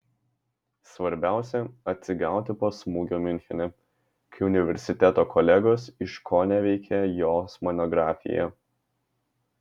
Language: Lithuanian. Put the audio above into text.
svarbiausia atsigauti po smūgio miunchene kai universiteto kolegos iškoneveikė jos monografiją